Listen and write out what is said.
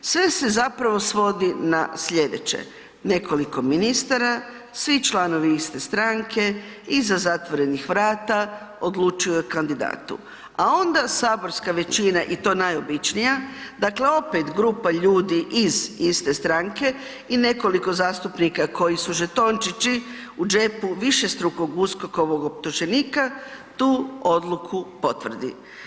Sve se zapravo svodi na slijedeće, nekoliko ministara, svi članovi iste stranke iza zatvorenih vrata odlučuju o kandidatu a onda saborska većina i to najobičnija, dakle opet grupa ljudi iz iste stranke i nekoliko zastupnika koji su žetončići u džepu višestrukog USKOK-ovog optuženika, tu odluku potvrdi.